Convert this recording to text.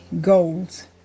goals